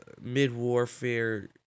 Mid-Warfare